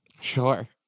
Sure